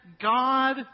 God